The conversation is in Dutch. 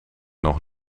nog